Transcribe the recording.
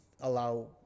allow